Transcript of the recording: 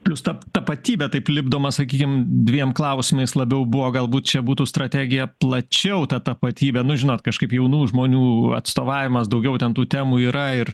plius ta tapatybė taip lipdoma sakykim dviem klausimais labiau buvo galbūt čia būtų strategija plačiau tą tapatybę nu žinot kažkaip jaunų žmonių atstovavimas daugiau ten tų temų yra ir